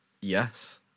Yes